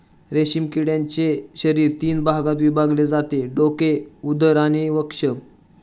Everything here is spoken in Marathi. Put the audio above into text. रेशीम किड्याचे शरीर तीन भागात विभागले जाते डोके, उदर आणि वक्ष